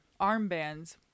armbands